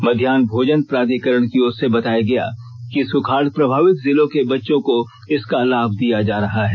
मध्याह भोजन प्राधिकरण की ओर से बताया गया कि सुखाड़ प्रभावित जिलों के बच्चों को इसका लाभ दिया जा रहा है